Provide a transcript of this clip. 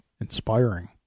inspiring